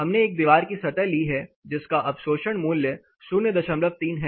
हमने एक दीवार की सतह ली है जिसका अवशोषण मूल्य 03 है